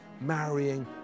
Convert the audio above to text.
marrying